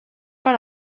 per